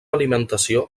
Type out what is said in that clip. alimentació